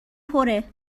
پره